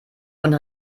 und